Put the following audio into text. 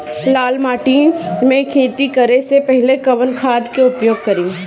लाल माटी में खेती करे से पहिले कवन खाद के उपयोग करीं?